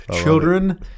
Children